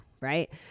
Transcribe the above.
Right